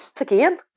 again